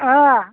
ಹಾಂ